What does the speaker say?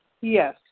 Yes